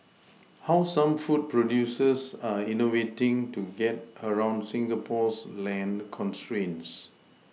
how some food producers are innovating to get around Singapore's land constraints